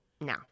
No